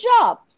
job